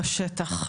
לשטח,